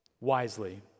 wisely